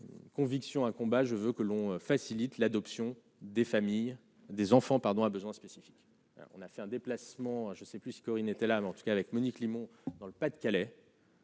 Conviction un combat, je veux que l'on facilite l'adoption des familles, des enfants, pardon à besoins spécifiques, on a fait un déplacement je sais plus Corinne était là mais en tout cas avec Monique Limon, dans le Pas-de-Calais.